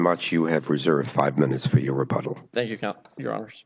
much you have reserved five minutes for your report that you can up your hours